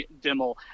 dimmel